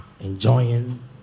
enjoying